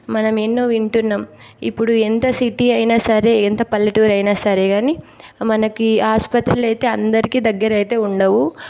మనం ఎన్నో వింటున్నాం ఇప్పుడు ఎంత సిటీ అయినా సరే ఎంత పల్లెటూరు అయినా సరే కానీ మనకి ఆస్పత్రులు అయితే అందరికి దగ్గర అయితే ఉండవు